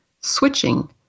switching